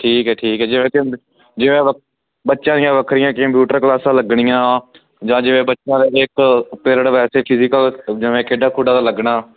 ਠੀਕ ਹੈ ਠੀਕ ਹੈ ਜਿਵੇਂ ਕਿ ਜਿਵੇਂ ਬੱ ਬੱਚਿਆਂ ਦੀਆਂ ਵੱਖਰੀਆਂ ਕੰਪਿਊਟਰ ਕਲਾਸਾਂ ਲੱਗਣੀਆਂ ਜਾਂ ਜਿਵੇਂ ਬੱਚਿਆਂ ਦੇ ਇੱਕ ਪੀਰਿਅਡ ਵੈਸੇ ਫਿਜੀਕਲ ਜਿਵੇਂ ਖੇਡਾਂ ਖੁਡਾਂ ਦਾ ਲੱਗਣਾ